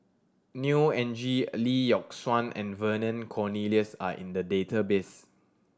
Neo Anngee Lee Yock Suan and Vernon Cornelius are in the database